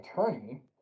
attorney